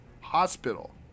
hospital